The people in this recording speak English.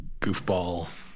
goofball